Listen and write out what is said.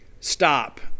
stop